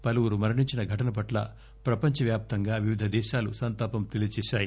పలువురు మరణించిన ఘటన పట్ల ప్రపంచవ్యాప్తంగా వివిధ దేశాలు సంతాపం తెలీయజేశాయి